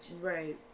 Right